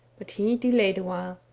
but he delayed awhile.